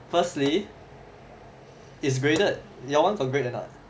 firstly it's graded your one got grade or not